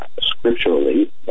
scripturally